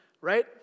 Right